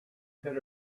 could